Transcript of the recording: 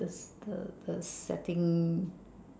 the the the setting